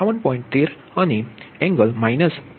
13 અને angle minus 63